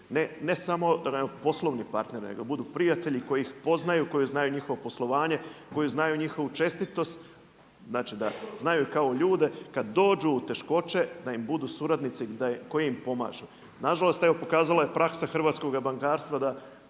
ne samo poslovni partneri nego da budu prijatelji koji ih poznaju, koji znaju njihovo poslovanje, koji znaju njihovu čestitost da znaju kao ljude kada dođu u teškoće da im budu suradnici koji im pomažu. Nažalost evo pokazala je praksa hrvatskoga bankarstva da